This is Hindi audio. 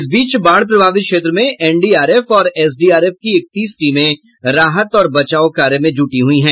इस बीच बाढ़ प्रभावित क्षेत्र में एनडीआरएफ और एसडीआरएफ की इकतीस टीमें राहत और बचाव कार्य में जुटी हुई हैं